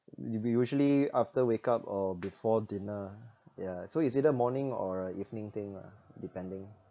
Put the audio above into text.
we usually after wake up or before dinner ya so it's either morning or a evening thing lah depending